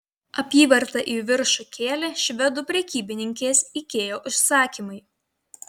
apyvartą į viršų kėlė švedų prekybininkės ikea užsakymai